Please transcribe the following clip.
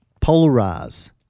polarize